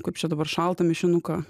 kaip čia dabar šaltą mišinuką